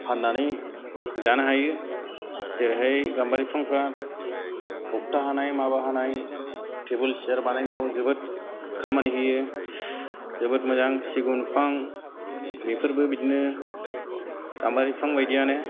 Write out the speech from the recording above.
फाननानै जानो हायो जेरैहाय गाम्बारि बिफांफोरा थख्था हानाय माबा हानाय टेबोल सियार बानायनायाव जोबोद खामानि होयो जोबोद मोजां सिगुन बिफां बेफोरबो बिदिनो गाम्बारि बिफां बादियानो